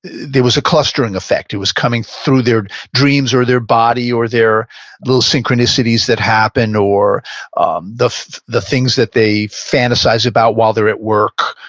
there was a clustering effect. it was coming through their dreams or their body or their little synchronicities that happen or um the the things that they fantasize about while they're at work.